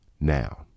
now